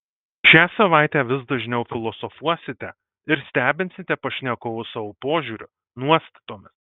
šią savaitę vis dažniau filosofuosite ir stebinsite pašnekovus savo požiūriu nuostatomis